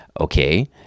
okay